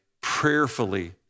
prayerfully